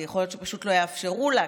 כי יכול להיות שפשוט לא יאפשרו לה,